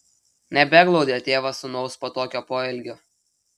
nebeglaudė tėvas sūnaus po tokio poelgio